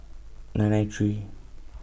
nine nine three